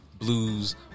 blues